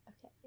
okay